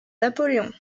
napoléon